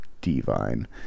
divine